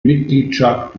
mitgliedschaft